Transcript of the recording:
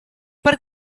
per